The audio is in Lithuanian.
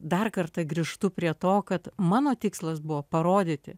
dar kartą grįžtu prie to kad mano tikslas buvo parodyti